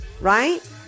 Right